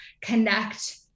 connect